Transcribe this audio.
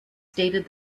stated